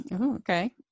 Okay